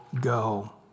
go